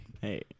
Hey